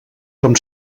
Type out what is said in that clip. com